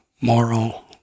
moral